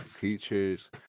teachers